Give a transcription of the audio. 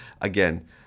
again